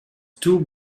two